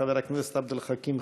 חבר הכנסת עבד אל חכים חאג'